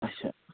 اچھا